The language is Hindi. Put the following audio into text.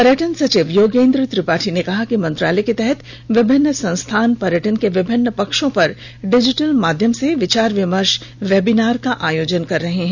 पर्यटन सचिव योगेंद्र त्रिपाठी ने कहा कि मंत्रालय के तहत विभिन्न संस्थान पर्यटन के विभिन्न पक्षों पर डिजिटल माध्यम से विचार विमर्श वेबिनार का आयोजन कर रहे हैं